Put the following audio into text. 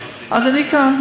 אז אני כאן.